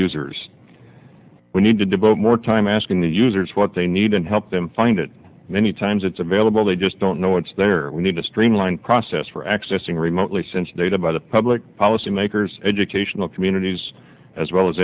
users we need to devote more time asking the users what they need and help them find it many times it's available they just don't know it's there we need to streamline the process for accessing remotely sense data by the public policy makers educational communities as well as